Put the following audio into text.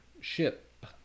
ship